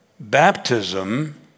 Baptism